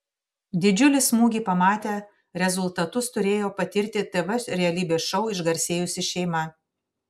didžiulį smūgį pamatę rezultatus turėjo patirti tv realybės šou išgarsėjusi šeima